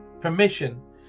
permission